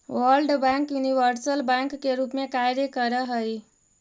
world bank universal bank के रूप में कार्य करऽ हइ